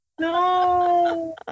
No